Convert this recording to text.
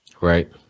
right